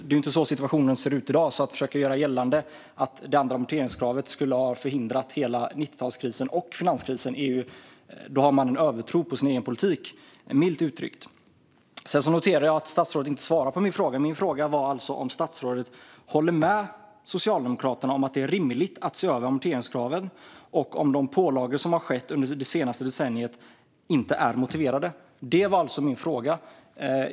Det är inte så situationen ser ut i dag, så om man försöker göra gällande att det andra amorteringskravet skulle ha förhindrat hela 90-talskrisen - och finanskrisen - har man en övertro på sin egen politik, milt uttryckt. Sedan noterar jag att statsrådet inte svarar på min fråga. Min fråga var alltså om statsrådet håller med Socialdemokraterna om att det är rimligt att se över amorteringskraven och om de pålagor som har gjorts under det senaste decenniet är motiverade. Det var min fråga.